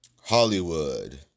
Hollywood